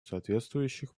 соответствующих